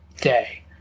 day